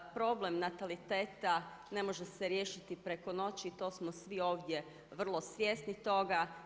Problem nataliteta ne može se riješiti preko noći, to smo svi ovdje vrlo svjesni toga.